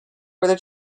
where